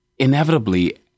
Inevitably